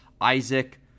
Isaac